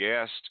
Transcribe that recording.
guest